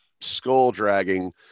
skull-dragging